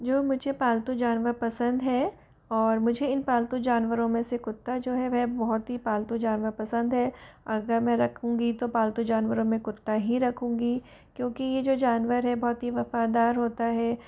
जो मुझे पालतू जानवर पसंद है और मुझे इन पालतू जानवरों में से कुत्ता जो है वह बहुत ही पालतू जानवर पसंद है अगर मैं रखूँगी तो पालतू जानवरों में कुत्ता ही रखूँगी क्योंकि यह जो जानवर है बहुत ही वफ़ादार होता है